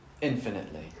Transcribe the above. infinitely